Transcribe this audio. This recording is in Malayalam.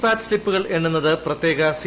പാറ്റ് സ്ലിപ്പുകൾ എണ്ണുന്നത് പ്രത്യേക സി